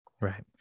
Right